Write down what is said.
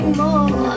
more